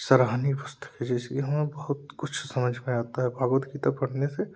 सराहनीय पुस्तक है जैसे कि हमें बहुत कुछ समझ में आता है भगवद गीता पढ़ने से